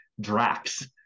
Drax